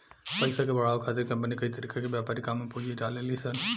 पइसा के बढ़ावे खातिर कंपनी कई तरीका के व्यापारिक काम में पूंजी डलेली सन